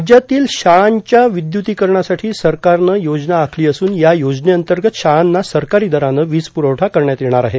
राज्यातील शाळांच्या विद्युतीकरणासाठी सरकारनं योजना आखली असून या योजनेअंतर्गत शाळांना सरकारी दरानं वीज प्रवठा करण्यात येणार आहे